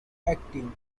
acting